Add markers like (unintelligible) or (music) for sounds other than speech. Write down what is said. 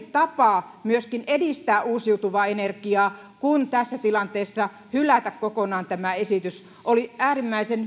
(unintelligible) tapa myöskin edistää uusiutuvaa energiaa kuin tässä tilanteessa hylätä kokonaan tämä esitys oli äärimmäisen